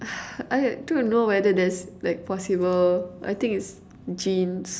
I don't know whether that's like possible I think it's genes